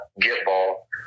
get-ball